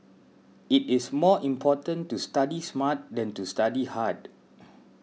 it is more important to study smart than to study hard